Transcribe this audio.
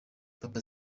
papa